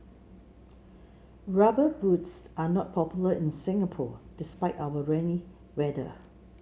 rubber boots are not popular in Singapore despite our rainy weather